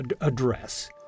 address